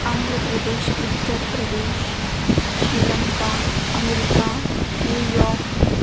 Andhra Pradesh Uttar Pradesh Sri Lanka America New York